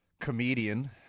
comedian